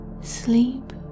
Sleep